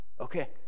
okay